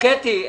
הבנו, קטי.